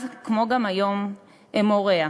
אז כמו גם היום, הם הוריה,